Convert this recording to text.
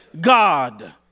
God